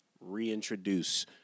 reintroduce